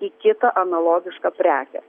į kitą analogišką prekę